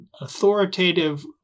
authoritative